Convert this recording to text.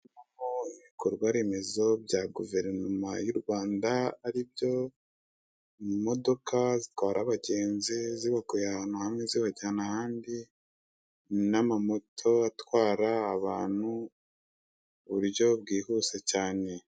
Ndabonamo ibikorwaremeze bya goverinoma yu Rwanda aribyo imodoka zitwara abagenzi zibakuye ahantu hamwe zibajya ahandi n'amamoto atwara abantu mu buryo bwihuse cyane.